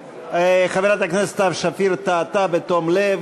חברת הכנסת סתיו שפיר טעתה בתום לב,